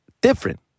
Different